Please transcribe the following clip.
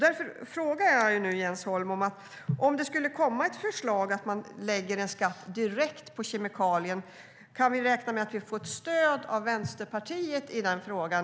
Därför frågar jag Jens Holm: Om det skulle komma ett förslag om att lägga en skatt direkt på kemikalien, kan vi i så fall räkna med att vi får stöd av Vänsterpartiet i den frågan?